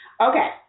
okay